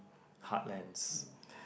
heartlands